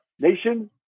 nation